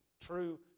true